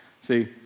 See